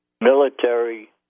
military